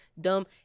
dumb